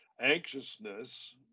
anxiousness